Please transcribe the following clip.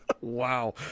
wow